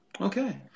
Okay